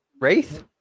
wraith